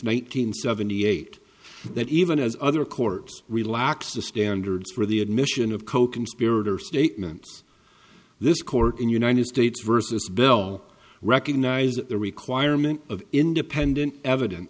hundred seventy eight that even as other courts relaxed the standards for the admission of coconspirator statements this court in united states versus bell recognized the requirement of independent evidence